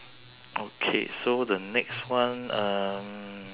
okay so the next one um